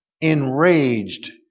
enraged